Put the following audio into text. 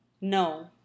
No